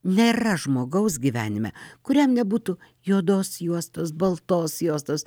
nėra žmogaus gyvenime kuriam nebūtų juodos juostos baltos juostos